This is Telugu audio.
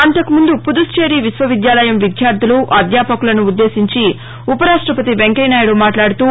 అంతకుముందు పుదుచ్చేరి విశ్వవిద్యాలయం విద్యార్దులు అధ్యాపకులను ఉద్దేశించి ఉ ప రాష్టపతి వెంకయ్యనాయుడు మాట్లాడుతూ